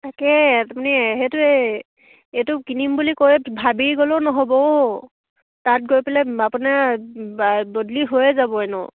তাকে তাৰমানে সেইটোৱে এইটো কিনিম বুলি কৈ ভাবি গ'লেও নহ'ব অ' তাত গৈ পেলাই আপোনাৰ বদলি হৈয়ে যাব এনেও